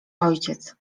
ojciec